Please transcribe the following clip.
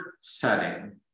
setting